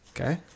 Okay